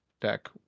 deck